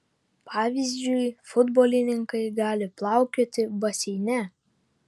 pavyzdžiui futbolininkai gali plaukioti baseine